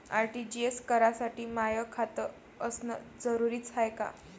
RTGS करासाठी माय खात असनं जरुरीच हाय का?